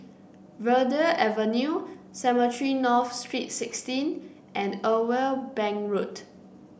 Verde Avenue Cemetry North Street Sixteen and Irwell Bank Road